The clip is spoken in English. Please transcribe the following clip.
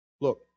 Look